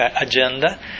agenda